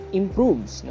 improves